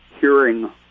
hearing